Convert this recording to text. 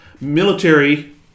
military